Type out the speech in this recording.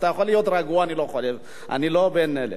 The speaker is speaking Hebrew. אתה יכול להיות רגוע, אני לא בין אלה.